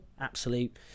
absolute